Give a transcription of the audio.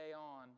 on